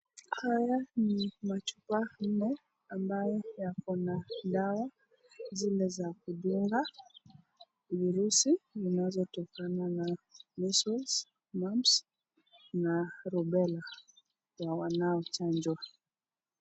Haya ni machupa nne ambayo yako na dawa zile za kudunga virusi zinazotokana na measles, mumps na rubela ya wanaochanjwa.